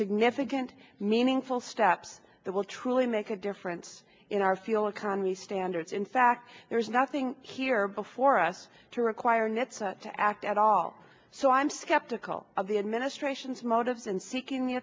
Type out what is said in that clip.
significant meaningful steps that will truly make a difference in our steel economy standards in fact there is nothing here before us to require nets to act at all so i'm skeptical of the administration's motives in seeking the